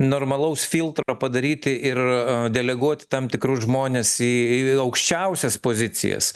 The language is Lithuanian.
normalaus filtro padaryti ir deleguot tam tikrus žmones į į aukščiausias pozicijas